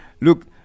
look